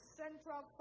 central